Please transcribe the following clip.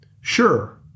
Sure